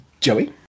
Joey